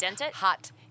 hot